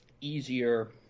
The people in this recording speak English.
easier